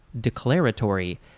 declaratory